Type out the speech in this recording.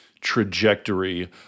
trajectory